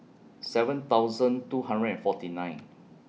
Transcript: seven thousand two hundred and forty nine